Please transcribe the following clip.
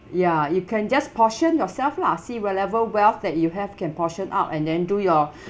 ya you can just portion yourself lah see wherever wealth that you have can portion out and then do your